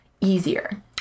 easier